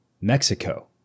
Mexico